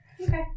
Okay